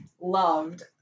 loved